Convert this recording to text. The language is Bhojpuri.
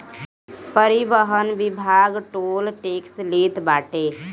परिवहन विभाग टोल टेक्स लेत बाटे